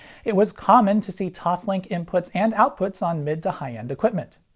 it was common to see toslink inputs and outputs on mid-to-high-end equipment.